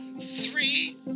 Three